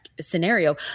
scenario